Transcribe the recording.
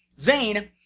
Zane